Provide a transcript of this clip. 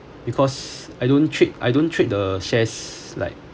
because I don't trade I don't trade the shares like